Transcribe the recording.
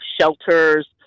shelters